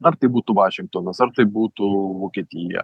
ar tai būtų vašingtonas ar tai būtų vokietija